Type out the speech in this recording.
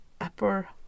upper